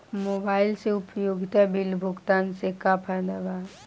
Mobile से उपयोगिता bill भुगतान से का फायदा बा?